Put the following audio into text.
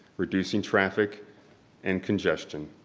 reducing traffic and congestion.